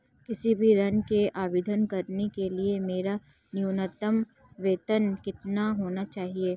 किसी भी ऋण के आवेदन करने के लिए मेरा न्यूनतम वेतन कितना होना चाहिए?